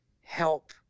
help